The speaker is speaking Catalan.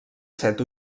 set